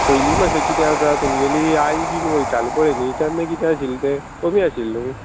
पयलीं बशें किदें आसा तुमगेली आई बीन वयताली पळय न्ही तेन्ना कितें आशिल्लें तें कमी आशिल्लें न्हू